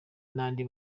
n’andi